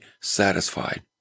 satisfied